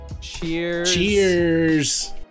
cheers